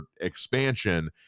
expansion